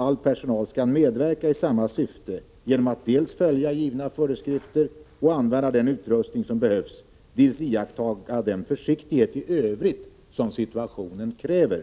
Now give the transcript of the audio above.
All personal skall medverka i samma syfte genom att dels följa givna föreskrifter och använda den utrustning som behövs, dels iaktta den försiktighet i övrigt som situationen kräver.